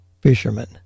Fisherman